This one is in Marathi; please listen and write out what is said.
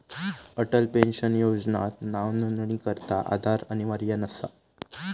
अटल पेन्शन योजनात नावनोंदणीकरता आधार अनिवार्य नसा